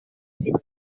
vite